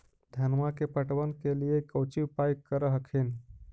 धनमा के पटबन के लिये कौची उपाय कर हखिन?